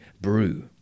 brew